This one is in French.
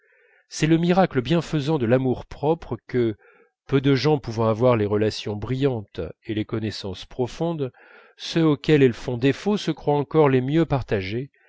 c'est le miracle bienfaisant de l'amour-propre que peu de gens pouvant avoir les relations brillantes et les connaissances profondes ceux auxquels elles font défaut se croient encore les mieux partagés